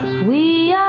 we